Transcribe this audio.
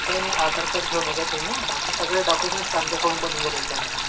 काही नाही आधार कार्ड घेऊन ये जा तुम्ही बाकी सगळे डाकुमेंट्स आमच्याकडून बनवून देतील त्यांचा